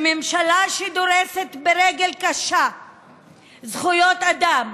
שממשלה שדורסת ברגל קשה זכויות אדם